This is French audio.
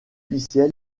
officiels